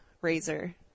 razor